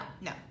No